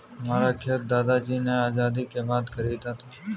हमारा खेत दादाजी ने आजादी के बाद खरीदा था